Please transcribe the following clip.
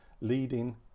leading